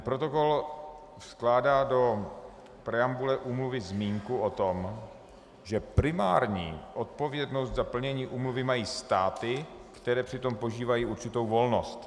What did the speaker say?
Protokol vkládá do preambule úmluvy zmínku o tom, že primární odpovědnost za plnění úmluvy mají státy, které přitom požívají určitou volnost.